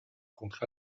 contre